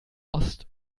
ost